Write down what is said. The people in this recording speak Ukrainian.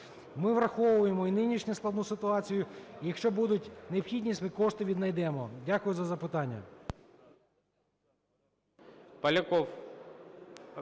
Ми враховуємо і нинішню складну ситуацію, якщо буде необхідність, ми кошти віднайдемо. Дякую за запитання.